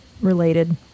related